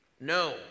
No